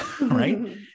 right